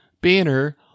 Banner